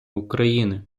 україни